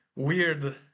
weird